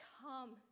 come